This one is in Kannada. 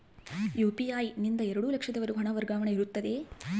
ಯು.ಪಿ.ಐ ನಿಂದ ಎರಡು ಲಕ್ಷದವರೆಗೂ ಹಣ ವರ್ಗಾವಣೆ ಇರುತ್ತದೆಯೇ?